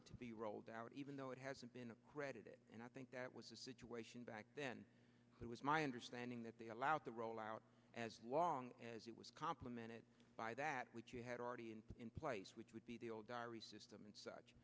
it to be rolled out even though it hasn't been accredited and i think that was the situation back then it was my understanding that they allowed the rollout as long as it was complemented by that which you had already in place which would be the diary system and such